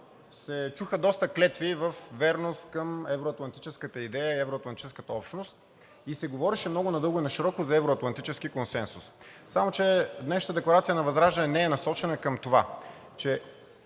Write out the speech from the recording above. се чуха доста клетви във вярност към евро-атлантическата идея, евро-атлантическата общност и се говореше много надълго и нашироко за евро-атлантически консенсус. Само че днешната декларация на ВЪЗРАЖДАНЕ не е насочена към това. Че